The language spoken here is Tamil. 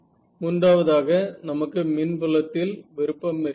மூன்றாவதாக நமக்கு மின்புலம் இல் விருப்பம் இருக்கிறது